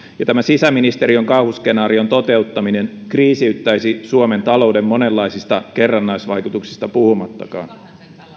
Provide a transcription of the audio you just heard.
tämän sisäministeriön kauhuskenaarion toteuttaminen kriisiyttäisi suomen talouden monenlaisista kerrannaisvaikutuksista puhumattakaan